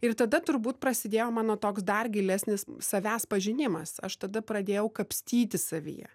ir tada turbūt prasidėjo mano toks dar gilesnis savęs pažinimas aš tada pradėjau kapstytis savyje